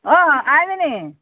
অ আইজনী